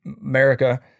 America